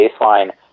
baseline